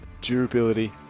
durability